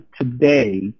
today